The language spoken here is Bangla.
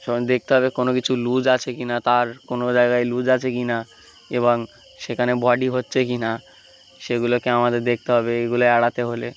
দেখতে হবে কোনো কিছু লুজ আছে কি না তার কোনো জায়গায় লুজ আছে কি না এবং সেখানে বডি হচ্ছে কি না সেগুলোকে আমাদের দেখতে হবে এগুলো এড়াতে হলে